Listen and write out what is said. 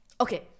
Okay